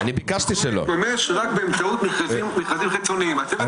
אך ורק באמצעות מנגנון מכרזים ממשלתי שמוציא